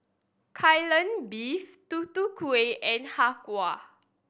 Kai Lan Beef Tutu Kueh and Har Kow